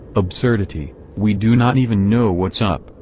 absurdity, we do not even know what's up,